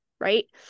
right